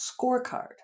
scorecard